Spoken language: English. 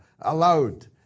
allowed